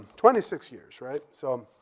twenty six years, right? so,